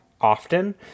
often